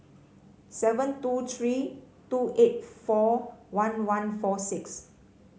seven two three two eight four one one four six